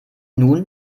nun